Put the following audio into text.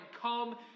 come